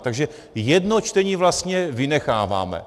Takže jedno čtení vlastně vynecháváme.